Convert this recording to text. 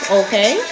okay